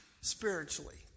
spiritually